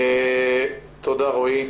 תודה אופיר.